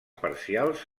parcials